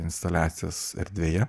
instaliacijas erdvėje